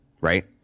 right